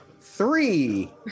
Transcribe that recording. Three